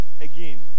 again